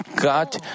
God